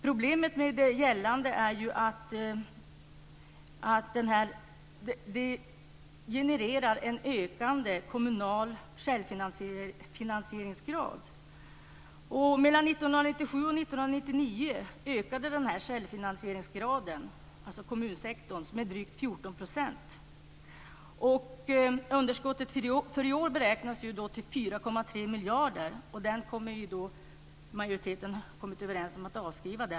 Problemet med det system som gäller är ju att det genererar en ökande kommunal självfinansieringsgrad. Mellan 1997 och 1999 ökade självfinansieringsgraden, alltså kommunsektorns, med drygt 14 %. Underskottet för i år beräknas till 4,3 miljarder, och den har majoriteten kommit överens om att avskriva.